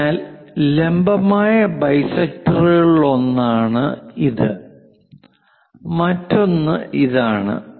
അതിനാൽ ലംബമായ ബൈസെക്ടറുകളിലൊന്നാണ് ഇത് മറ്റൊന്ന് ഇതാണ്